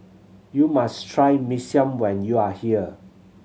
you must try Mee Siam when you are here